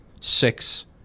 six